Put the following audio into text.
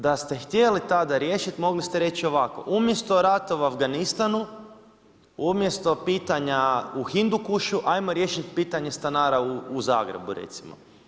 Da ste htjeli tada riješiti, mogli ste reći ovako: umjesto ratovanja u Afganistanu, umjesto pitanju u Hindukušu, ajmo riješiti pitanje stanara u Zagrebu, recimo.